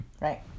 Right